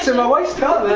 so my wife's telling